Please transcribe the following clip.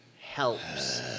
helps